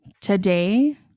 today